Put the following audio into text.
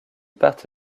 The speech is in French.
part